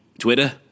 Twitter